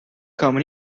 komen